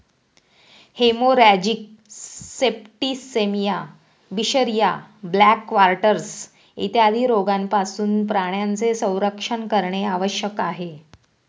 haemorrhagic septicaemia, बिशरिया, black quarters इत्यादी रोगांपासून प्राण्यांचे संरक्षण करणे आवश्यक आहे